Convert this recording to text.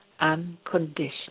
unconditional